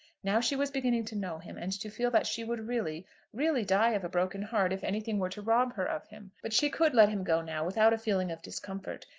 now she was beginning to know him, and to feel that she would really really die of a broken heart if anything were to rob her of him. but she could let him go now, without a feeling of discomfort,